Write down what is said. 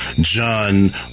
John